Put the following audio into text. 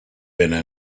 been